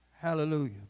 Hallelujah